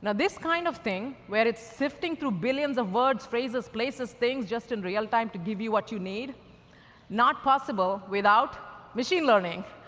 this kind of thing where it's sifting through billions of words, phrases, places, things, just in real time to give you what you need not possible without machine learning.